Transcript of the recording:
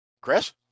Chris